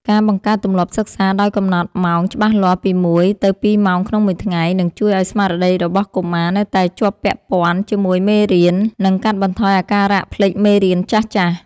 ការបង្កើតទម្លាប់សិក្សាដោយកំណត់ម៉ោងច្បាស់លាស់ពីមួយទៅពីរម៉ោងក្នុងមួយថ្ងៃ នឹងជួយឱ្យស្មារតីរបស់កុមារនៅតែជាប់ពាក់ព័ន្ធជាមួយមេរៀន និងកាត់បន្ថយអាការៈភ្លេចមេរៀនចាស់ៗ។